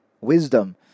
wisdom